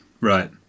Right